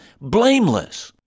blameless